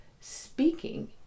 speaking